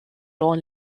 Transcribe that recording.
dans